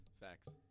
Facts